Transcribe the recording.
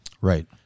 Right